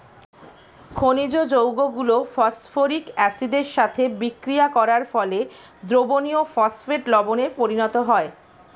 খনিজ যৌগগুলো ফসফরিক অ্যাসিডের সাথে বিক্রিয়া করার ফলে দ্রবণীয় ফসফেট লবণে পরিণত হয়